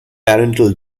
parental